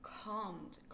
calmed